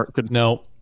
No